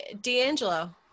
D'Angelo